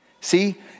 see